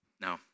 no